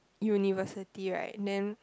university right then